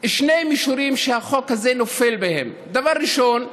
שני מישורים שהחוק הזה נופל בהם: דבר ראשון,